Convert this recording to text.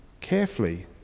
carefully